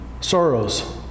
sorrows